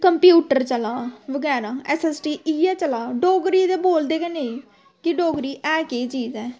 computer चला दा बगैरा ऐस्स ऐस्स टी इ'यै चला दा डोगरी ते बोलदे गै नेईं कि डोगरी है केह् चीज ऐ